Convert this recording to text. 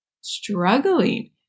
struggling